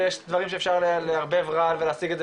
ויש דברים שאפשר לערבב רעל ולהשיג את זה